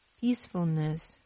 Peacefulness